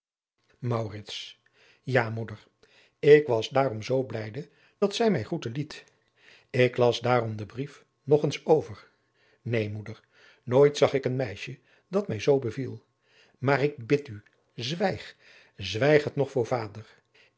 ja moeder ik was daarom zoo blijde dat zij mij groeten liet ik las daarom den brief nog eens over neen moeder nooit zag ik een meisje dat mij zoo beviel maar ik bid u zwijg zwijg het nog voor vader